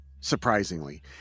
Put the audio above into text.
surprisingly